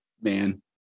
man